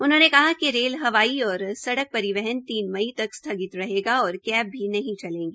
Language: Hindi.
उन्होंने कहा कि रेल हवाई और सड़क परिवहन तीन मई तक स्थगित और कैब भी नहीं चलेंगी